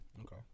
okay